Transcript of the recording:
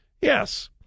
Yes